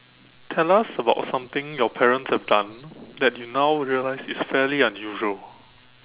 tell us about something your parents have done that you now realize is fairly unusual